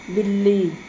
ਬਿੱਲੀ